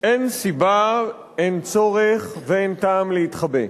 אין סיבה, אין צורך ואין טעם להתחבא.